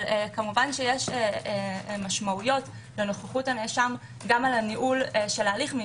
אבל כמובן לנוכחות הנאשם גם על הניהול של ההליך.